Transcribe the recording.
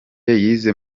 yize